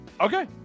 okay